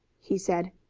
he said.